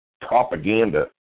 propaganda